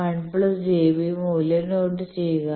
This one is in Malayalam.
1 j B മൂല്യം നോട്ട് ചെയ്യുക